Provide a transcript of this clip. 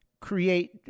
create